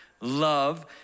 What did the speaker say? Love